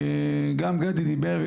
גם גדי דיבר,